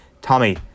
Tommy